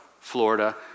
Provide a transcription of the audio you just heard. Florida